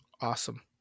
Awesome